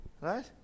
Right